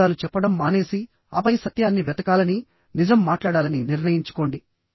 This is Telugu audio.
అబద్ధాలు చెప్పడం మానేసి ఆపై సత్యాన్ని వెతకాలని నిజం మాట్లాడాలని నిర్ణయించుకోండి